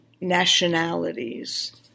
nationalities